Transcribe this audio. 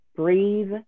Breathe